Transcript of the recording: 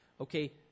Okay